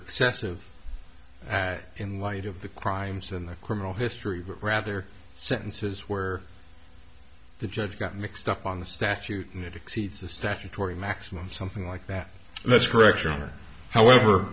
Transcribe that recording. excessive in light of the crimes in the criminal history but rather sentences where the judge got mixed up on the statute that exceeds the statutory maximum something like that that's correct your honor however